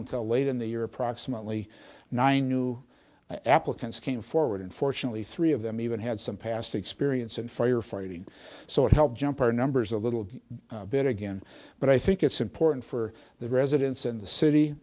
until late in the year approximately nine new applicants came forward unfortunately three of them even had some past experience in firefighting so it helped jump our numbers a little bit again but i think it's important for the residents in the city